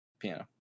piano